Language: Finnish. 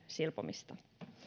silpomista